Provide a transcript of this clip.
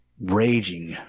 raging